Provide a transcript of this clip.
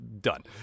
done